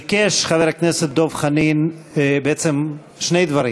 ביקש חבר הכנסת דב חנין בעצם שני דברים: